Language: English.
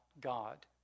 God